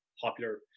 popular